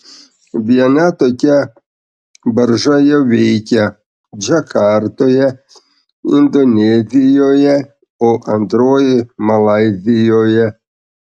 viena tokia barža jau veikia džakartoje indonezijoje o antroji malaizijoje